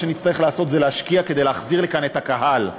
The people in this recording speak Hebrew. מה שנצטרך לעשות זה להשקיע כדי להחזיר לכאן את הקהל,